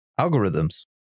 algorithms